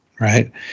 right